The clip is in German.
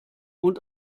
und